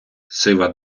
сива